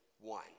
one